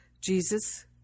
Jesus